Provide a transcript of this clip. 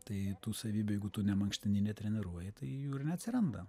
tai tų savybių jeigu tu ne mankštini netreniruoji tai jų ir neatsiranda